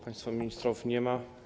Państwa ministrów nie ma.